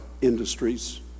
industries